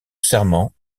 serment